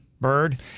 bird